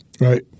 right